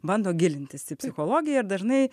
bando gilintis į psichologiją ir dažnai